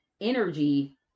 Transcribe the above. energy